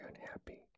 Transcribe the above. unhappy